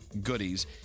goodies